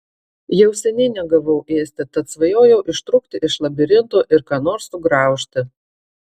jau seniai negavau ėsti tad svajojau ištrūkti iš labirinto ir ką nors sugraužti